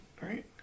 right